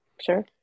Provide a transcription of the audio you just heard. Sure